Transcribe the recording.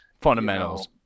fundamentals